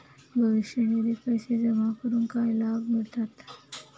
भविष्य निधित पैसे जमा करून काय लाभ मिळतात?